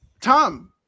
Tom